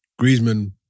Griezmann